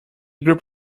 group